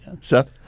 Seth